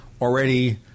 already